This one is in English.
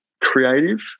creative